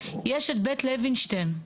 יש את בית לוינשטיין,